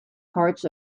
parts